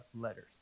letters